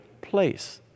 place